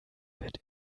wird